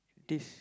this